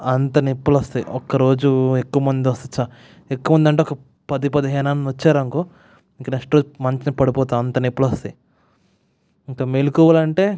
అంత నొప్పులు వస్తాయి ఒక్కరోజు ఎక్కువ మంది వస్తే ఎక్కువమంది అంటే ఒక పది పదిహేను మంది వచ్చారు అనుకో నెక్స్ట్ రోజు మంచం మీద పడిపోతాం అంత నొప్పులు వస్తాయి ఇంకా మేల్కోవాలంటే